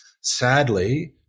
sadly